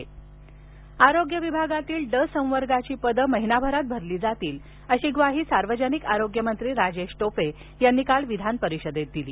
आरोग्य ड संवर्ग पदं आरोग्य विभागातील ड संवर्गाची पदं महिनाभरात भरली जातील अशी ग्वाही सार्वजनिक आरोग्यमंत्री राजेश टोपे यांनी काल विधानपरिषदेत दिली